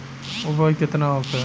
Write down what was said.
उपज केतना होखे?